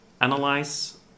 analyze